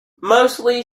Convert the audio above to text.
mostly